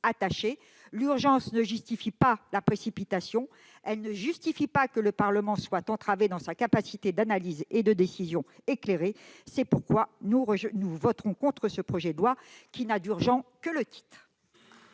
attachés. L'urgence ne justifie pas la précipitation. Elle ne justifie pas que le Parlement soit entravé dans sa capacité d'analyse et de décision éclairée. C'est pourquoi nous voterons contre ce projet de loi, qui n'a d'urgent que le titre.